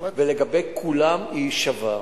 ולגבי כולם היא שווה.